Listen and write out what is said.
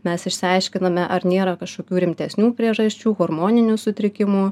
mes išsiaiškiname ar nėra kažkokių rimtesnių priežasčių hormoninių sutrikimų